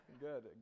good